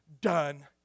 done